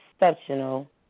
Exceptional